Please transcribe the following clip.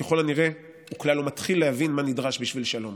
וככל הנראה הוא כלל לא מתחיל להבין מה נדרש בשביל שלום.